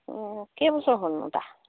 অ কেইবছৰ হ'লনো তাৰ